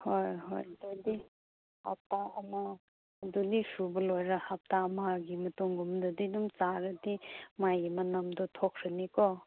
ꯍꯣꯏ ꯍꯣꯏ ꯑꯗꯨꯗꯤ ꯍꯞꯇꯥ ꯑꯃ ꯑꯗꯨꯗꯤ ꯁꯨꯕ ꯂꯣꯏꯔ ꯍꯞꯇꯥ ꯑꯃꯒꯤ ꯃꯇꯨꯡꯒꯨꯝꯕꯗꯤ ꯑꯗꯨꯝ ꯆꯥꯔꯗꯤ ꯃꯥꯒꯤ ꯃꯅꯝꯗꯨ ꯊꯣꯛꯈ꯭ꯔꯅꯤꯀꯣ